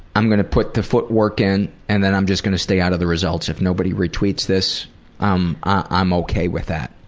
i'm gonna put the footwork in and then i'm just gonna stay out of the results. if nobody retweets this um i'm ok with that.